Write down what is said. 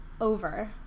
over